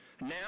Now